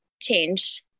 changed